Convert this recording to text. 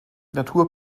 natur